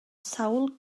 sawl